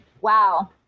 wow